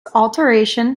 alteration